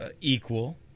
equal